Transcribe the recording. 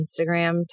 Instagram